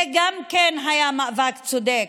גם זה היה מאבק צודק,